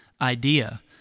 idea